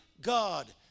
God